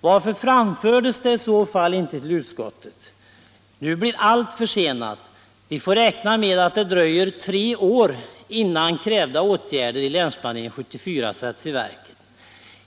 Varför framfördes det i så fall inte till utskottet? Nu blir allt försenat. Vi får räkna med att det dröjer tre år innan i Länsplanering 74 krävda åtgärder sätts i verket.